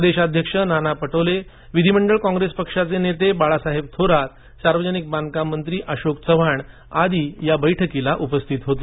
प्रदेशाध्यक्ष नाना पटोले विधिमंडळ कॉंप्रेस पक्षाचे नेते बाळासाहेब थोरात सार्वजनिक बांधकाम मंत्री अशोक चव्हाण आदी या बैठकीला उपस्थित होते